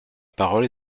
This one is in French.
parole